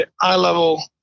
eye-level